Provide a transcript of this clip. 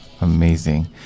amazing